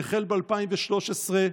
שהחל ב-2013,